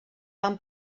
van